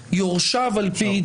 יורשיו על פי דין,